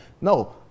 no